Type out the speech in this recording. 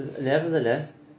nevertheless